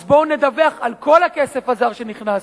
אז בואו נדווח על כל הכסף הזר שנכנס.